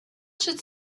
should